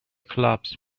clubs